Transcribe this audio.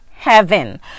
heaven